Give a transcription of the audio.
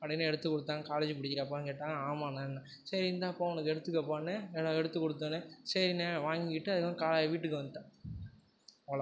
அப்படின்னு எடுத்து கொடுத்தாங்க காலேஜ் படிக்கிறியாப்பானு கேட்டாங்க ஆமாண்ணான்னேன் சரி இந்தாப்பா உனக்கு எடுத்துக்கப்பானு எடுத்து கொடுத்தோன்னே சரிண்ண வாங்கிட்டு அதுக்கப்புறம் க வீட்டுக்கு வந்துட்டேன் அவ்வளோ